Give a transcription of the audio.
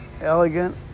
elegant